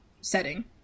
setting